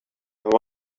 there